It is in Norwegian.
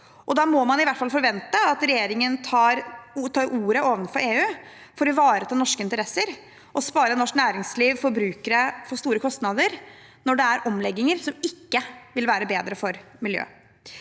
Da må man i hvert fall forvente at regjeringen tar ordet overfor EU for å ivareta norske interesser og spare norsk næringsliv og forbrukere for store kostnader, når det er omlegginger som ikke vil være bedre for miljøet.